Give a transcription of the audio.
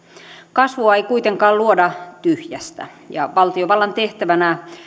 kasvua ei kuitenkaan luoda tyhjästä ja valtiovallan tehtävänä